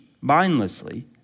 mindlessly